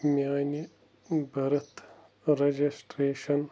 میٛانہِ birth registration